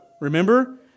remember